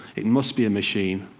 it must be a machine.